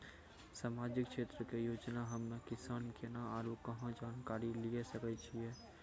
समाजिक क्षेत्र के योजना हम्मे किसान केना आरू कहाँ जानकारी लिये सकय छियै?